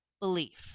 belief